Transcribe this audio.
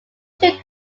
too